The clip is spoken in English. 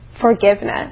forgiveness